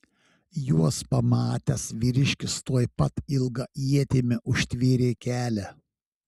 juos pamatęs vyriškis tuoj pat ilga ietimi užtvėrė kelią